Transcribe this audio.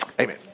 amen